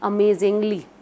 Amazingly